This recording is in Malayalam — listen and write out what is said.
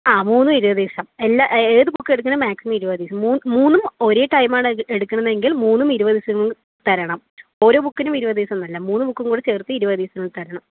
ആ മൂന്നും ഇരുപത് ദിവസം എല്ലാ ഏതു ബുക്ക് എടുക്കുന്നതും മാക്സിമം ഇരുപത് ദിവസം മൂന്ന് മൂന്നും ഒരേ ടൈമാണ് എടുക്കണതെങ്കിൽ മൂന്നും ഇരുപത് ദിവസത്തിന് മുന്നെ തരണം ഓരോ ബുക്കിനും ഇരുപത് ദിവസമെന്നല്ല മൂന്ന് ബുക്കും കൂടെ ചേർത്ത് ഇരുപത് ദിവസത്തിനുള്ളിൽ തരണം